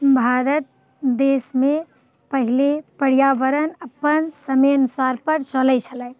भारत देशमे पहिले पर्यावरण अपन समय अनुसार पर चलैत छलै